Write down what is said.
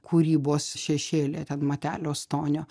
kūrybos šešėlyje ten matelio stonio